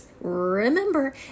remember